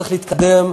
צריך להתקדם,